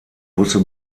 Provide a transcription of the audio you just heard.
busse